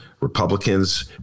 Republicans